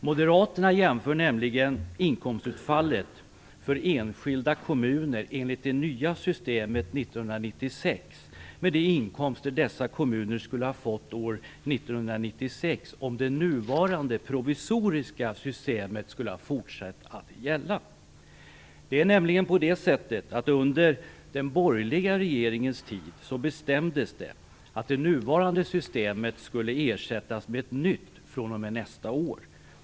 Moderaterna jämför nämligen inkomstutfallet för enskilda kommuner enligt det nya systemet 1996 med de inkomster som dessa kommuner skulle ha fått år 1996, om det nuvarande provisoriska systemet skulle ha fortsatt att gälla. Det är nämligen så att det under den borgerliga regeringens tid bestämdes att det nuvarande systemet skulle ersättas med ett nytt fr.o.m. nästa år.